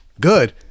Good